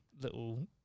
little